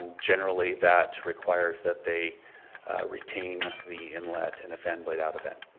generally that requires that they retain the inlet in a fan blade out event.